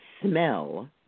smell